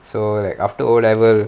so like after O level